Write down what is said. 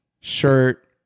Shirt